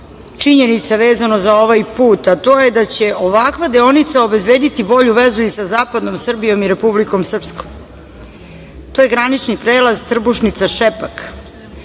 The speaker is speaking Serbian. činjenica vezano za ovaj put, a to je da će ovakva deonica obezbediti bolju vezu i sa zapadnom Srbijom i Republikom Srpskom. To je granični prelaz Trbušnica – Šepak.